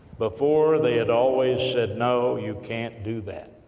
before they had always said, no, you can't do that.